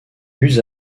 use